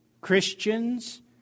Christians